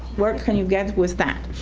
what can you get with that?